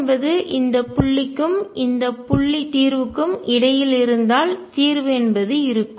என்பது இந்த புள்ளிக்கும் இந்த புள்ளி தீர்வுக்கும் இடையில் இருந்தால் தீர்வு என்பது இருக்கும்